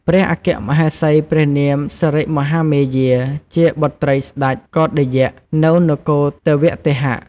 ព្រះអគ្គមហេសីព្រះនាមសិរិមហាមាយា ជាបុត្រីស្តេចកោឌយៈ នៅនគរទេវទហៈ។